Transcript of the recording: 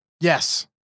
Yes